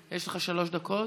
יש לך שלוש דקות,